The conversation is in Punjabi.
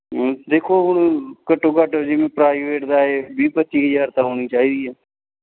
ਦੇਖੋ ਹੁਣ ਘੱਟੋ ਘੱਟ ਜਿਵੇਂ ਪ੍ਰਾਈਵੇਟ ਦਾ ਹੈ ਵੀਹ ਪੱਚੀ ਹਜ਼ਾਰ ਤਾਂ ਹੋਣੀ ਚਾਹੀਦੀ ਹੈ